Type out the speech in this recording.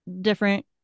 different